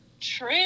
True